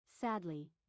Sadly